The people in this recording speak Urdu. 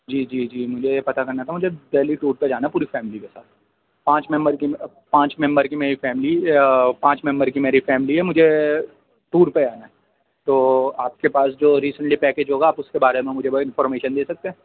جی جی جی مجھے یہ پتا کرنا تھا مجھے دہلی ٹور پہ جانا ہے پوری فیملی کے ساتھ پانچ ممبر کی پانچ ممبر کی میری فیملی پانچ ممبر کی میری فیملی ہے مجھے ٹور پہ آنا ہے تو آپ کے پاس جو ریسنٹلی پیکج ہو گا آپ اُس کے بارے میں مجھے وہ انفارمیشن دے سکتے ہیں